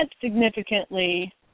significantly